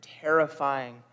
terrifying